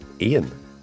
Ian